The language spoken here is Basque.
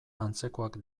antzekoak